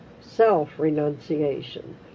self-renunciation